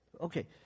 okay